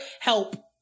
Help